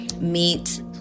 meet